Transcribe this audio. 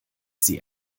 sie